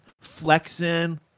flexing